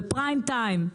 בפריים טיים.